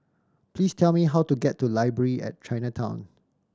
please tell me how to get to Library at Chinatown